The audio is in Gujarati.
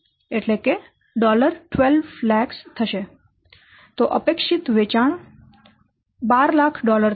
તો અપેક્ષિત વેચાણ 1200000 થશે